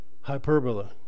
Hyperbola